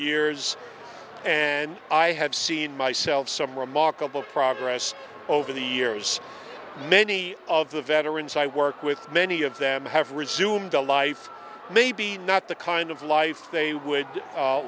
years and i have seen myself some remarkable progress over the years many of the veterans i work with many of them have resumed a life maybe not the kind of life they would